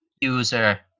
user